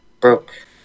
broke